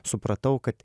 supratau kad